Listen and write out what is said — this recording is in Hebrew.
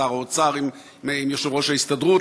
שר האוצר עם יושב-ראש ההסתדרות,